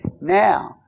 Now